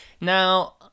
Now